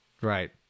right